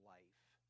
life